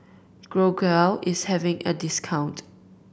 Growell is having a discount